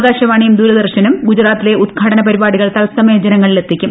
ആകാശവാണിയും ദൂരദർശനും ഗുജറാത്തിലെ ഉദ്ഘാടന പരിപാടികൾ തത്സമയം ജനങ്ങളിലെത്തിക്കും